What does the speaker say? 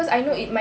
mm